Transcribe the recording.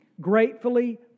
Gratefully